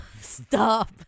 stop